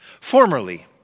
Formerly